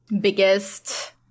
biggest